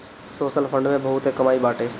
social fund में बहुते कमाई बाटे